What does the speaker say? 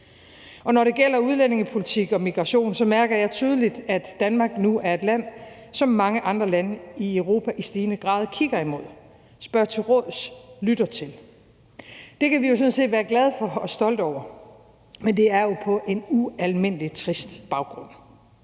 Og når det gælder udlændingepolitik og migration, mærker jeg tydeligt, at Danmark nu er et land, som mange andre lande i Europa i stigende grad kigger imod, spørger til råds og lytter til. Det kan vi sådan set være glade for og stolte over, men det er jo på en ualmindelig trist baggrund.